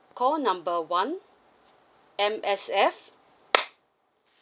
call number one M_S_F